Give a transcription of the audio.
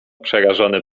przerażony